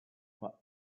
for